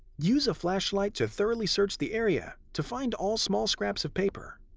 use a flashlight to thoroughly search the area to find all small scraps of paper.